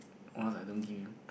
or else I don't give you